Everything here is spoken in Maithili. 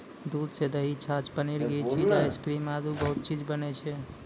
दूध सॅ दही, छाछ, पनीर, घी, चीज, आइसक्रीम आदि बहुत चीज बनै छै